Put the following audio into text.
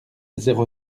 zéro